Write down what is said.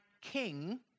king